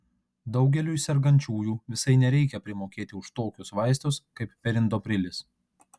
daugeliui sergančiųjų visai nereikia primokėti už tokius vaistus kaip perindoprilis